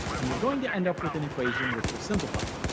and we're going to end up with an equation, which we'll simplify.